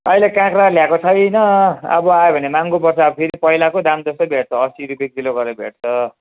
अहिले काँक्रा ल्याएको छैन अब आयो भने महँगो पर्छ अब फेरि पहिलाको दाम जस्तो भेट्छ अस्सी रुपियाँ किलो गरेर भेट्छ